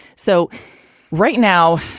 so right now,